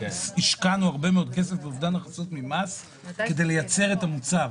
השקענו הרבה מאוד כסף ואובדן הכנסות ממס כדי לייצר את המוצר,